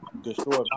destroy